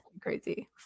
crazy